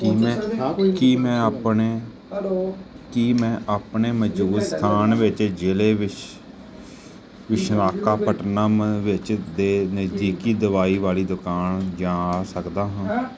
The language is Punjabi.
ਕੀ ਮੈਂ ਹਾਂ ਕੀ ਮੈਂ ਆਪਣੇ ਕੀ ਮੈਂ ਆਪਣੇ ਮੌਜੂਦਾ ਸਥਾਨ ਵਿੱਚ ਜ਼ਿਲ੍ਹੇ ਵਿਸ਼ ਵਿਸ਼ਾਖਾਪਟਨਮ ਵਿੱਚ ਦੇ ਨਜ਼ਦੀਕੀ ਦਵਾਈ ਵਾਲੀ ਦੁਕਾਨ ਜਾਣ ਸਕਦਾ ਹਾਂ